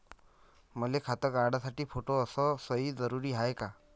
मले खातं काढासाठी फोटो अस सयी जरुरीची हाय का?